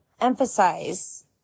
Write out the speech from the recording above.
emphasize